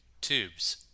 tubes